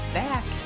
back